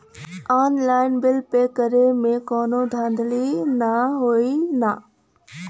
Online bill pay करे में कौनो धांधली ना होई ना?